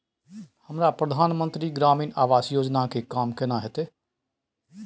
हमरा प्रधानमंत्री ग्रामीण आवास योजना के काम केना होतय?